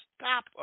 stop